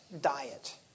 diet